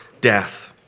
death